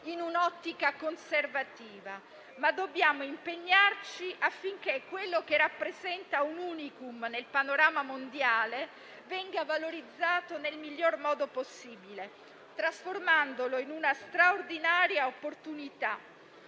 in un'ottica conservativa, ma dobbiamo impegnarci affinché quello che rappresenta un *unicum* nel panorama mondiale venga valorizzato nel miglior modo possibile, trasformandolo in una straordinaria opportunità